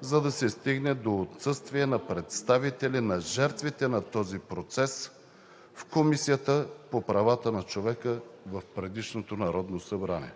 за да се стигне до отсъствие на представители на жертвите на този процес в Комисията по правата на човека в предишното Народно събрание.